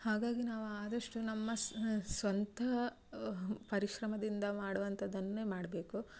ಹಾಗಾಗಿ ನಾವು ಆದಷ್ಟು ನಮ್ಮ ಸ್ವಂತ ಪರಿಶ್ರಮದಿಂದ ಮಾಡುವಂಥದ್ದನ್ನೇ ಮಾಡಬೇಕು